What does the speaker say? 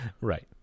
right